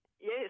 Yes